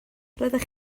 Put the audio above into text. roeddech